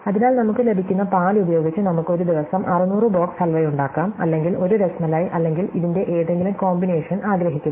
അതിനാൽ നമുക്ക് ലഭിക്കുന്ന പാൽ ഉപയോഗിച്ച് നമുക്ക് ഒരു ദിവസം 600 ബോക്സ് ഹൽവ ഉണ്ടാക്കാം അല്ലെങ്കിൽ ഒരു രസ്മലൈ അല്ലെങ്കിൽ ഇതിന്റെ ഏതെങ്കിലും കോമ്പിനേഷൻ ആഗ്രഹിക്കുന്നു